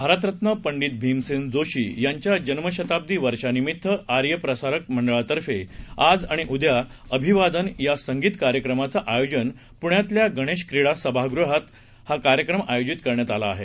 भारतरत्नपंडीतभीमसेनजोशीयांच्याजन्मशताब्दीवर्षानिमित्तआर्यसंगीतप्रसारकमंडळातर्फेआजआणिउद्याअभिवादनयासंगीतका र्यक्रमाचंआयोजनपुण्यातल्यागणेशक्रीडासभागृहातहाकार्यक्रमआयोजितकरण्यातआलंआहे